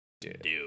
dude